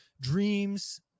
Dreams